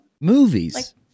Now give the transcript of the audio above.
movies